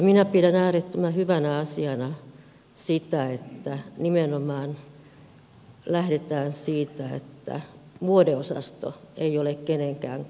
minä pidän äärettömän hyvänä asiana sitä että nimenomaan lähdetään siitä että vuodeosasto ei ole kenenkään koti